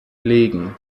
legen